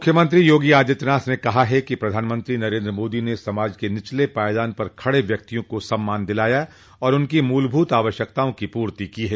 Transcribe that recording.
मुख्यमंत्री योगी आदित्यनाथ ने कहा कि प्रधानमंत्री नरेन्द्र मोदी ने समाज के निचले पायदान पर खड़े व्यक्तियों को सम्मान दिलाया और उनकी मूलभूत आवश्यकताओं की पूर्ति की है